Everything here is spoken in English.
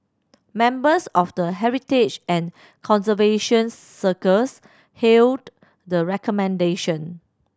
members of the heritage and conservation circles hailed the recommendation